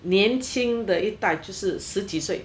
年轻的一代就是十几岁